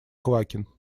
квакин